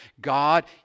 God